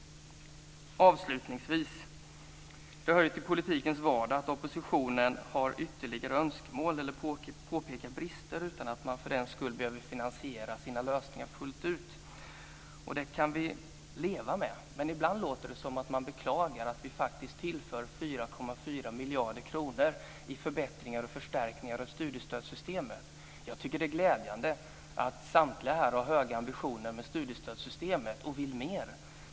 Avslutningsvis vill jag säga att det hör till politikens vardag att oppositionen har ytterligare önskemål eller påpekar brister utan att man för den skull behöver finansiera sina lösningar fullt ut. Det kan vi leva med. Men ibland låter det som om man beklagar att vi faktiskt tillför 4,4 miljarder kronor i förbättringar och förstärkningar av studiestödssystemet. Jag tycker att det är glädjande att samtliga här har höga ambitioner med studiestödssystemet och vill mer.